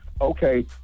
Okay